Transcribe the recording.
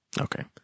Okay